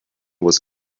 was